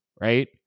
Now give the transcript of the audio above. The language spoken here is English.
right